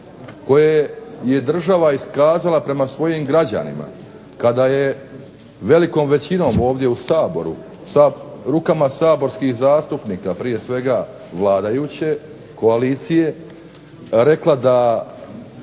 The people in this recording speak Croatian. koje je država iskazala prema svojim građanima kada je velikom većinom ovdje u Saboru sa rukama saborskih zastupnika, prije svega vladajuće koalicije, rekla da